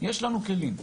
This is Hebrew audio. יש לנו כלים,